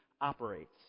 operates